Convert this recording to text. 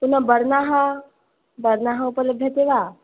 पुनः वर्णाः वर्णः उपलभ्यते वा